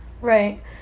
right